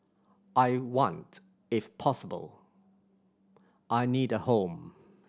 I want if possible I need a home